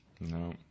No